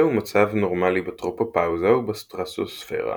זהו מצב נורמלי בטרופופאוזה ובסטרטוספירה,